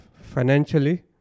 financially